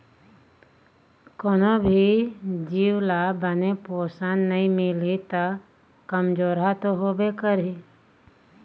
कोनो भी जीव ल बने पोषन नइ मिलही त कमजोरहा तो होबे करही